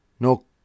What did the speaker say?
No